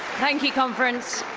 thank you, conference.